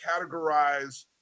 categorize